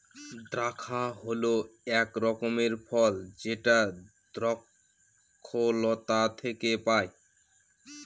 দ্রাক্ষা হল এক রকমের ফল যেটা দ্রক্ষলতা থেকে পায়